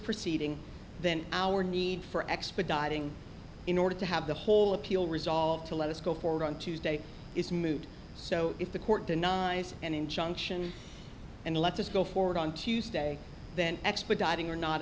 proceeding then our need for expediting in order to have the whole appeal resolved to let us go forward on tuesday is moot so if the court denies an injunction and lets us go forward on tuesday then expediting or not